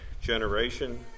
generation